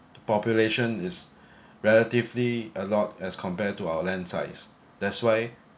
population is relatively a lot as compared to our land size that's why